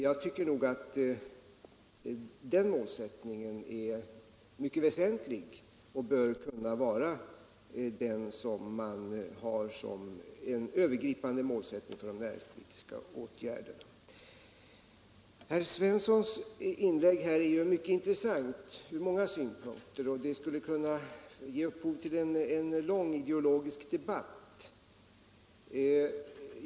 Jag tycker nog att den målsättningen är mycket väsentlig och bör kunna vara den som man har som övergripande målsättning för de näringspolitiska åtgärderna. Herr Svenssons inlägg är mycket intressant ur många synpunkter, och det skulle kunna ge upphov till en lång ideologisk debatt.